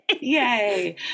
Yay